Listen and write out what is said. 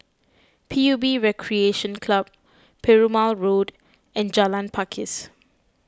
P U B Recreation Club Perumal Road and Jalan Pakis